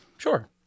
Sure